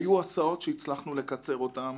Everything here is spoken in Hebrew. היו הסעות שהצלחנו לקצר אותן